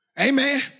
Amen